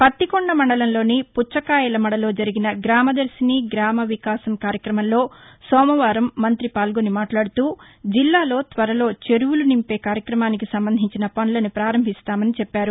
పత్తికొండ మండలంలోని పుచ్చకాయలమడలో జరిగిన గ్రామ దర్శిని గ్రామ వికాసం కార్యక్రమంలో సోమవారం మంతి పాల్గొని మాట్లాడుతూజిల్లాలో త్వరలో చెరువుల నింపే కార్యక్రమానికి సంబంధించిన పనులను ప్రారంభిస్తామని చెప్పారు